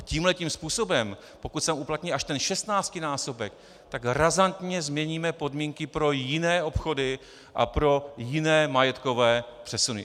Tímhle způsobem, pokud se tam uplatí až ten šestnáctinásobek, razantně změníme podmínky pro jiné obchody a pro jiné majetkové přesuny.